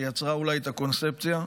שיצרה אולי את הקונספציה,